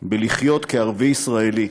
לחיות כערבי ישראלי,